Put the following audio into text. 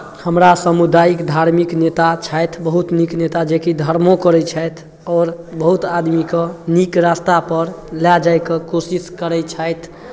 हमरा सामुदायिक धार्मिक नेता छथि बहुत नीक नेता जेकि धर्मो करै छथि आओर बहुत आदमीके नीक रास्ता पर लऽ जाइके कोशिश करै छथि